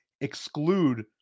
exclude